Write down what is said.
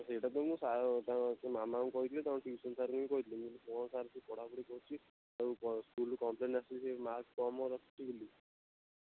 ସେଇଟା ତ ମୁଁ ସେ ମାମାଙ୍କୁ କହିଥିଲି ତାଙ୍କ ଟ୍ୟୁସନ୍ ସାର୍ଙ୍କୁ ବି କହିଥିଲି ମୁଁ କହିଲି କ'ଣ ସାର୍ ସିଏ ପଢ଼ା ପଢ଼ି କରୁଛି ଆଉ କ'ଣ ସ୍କୁଲରୁ କମ୍ପ୍ଲେନ୍ ଆସୁଛି ସିଏ ମାର୍କ କମ୍ ରଖୁଛି ବୋଲି